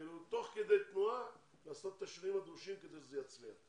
תוך כדי תנועה לעשות את השינויים הדרושים כדי שזה יצליח.